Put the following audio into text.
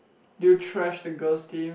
did you trash the girls team